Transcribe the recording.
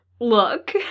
look